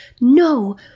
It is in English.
No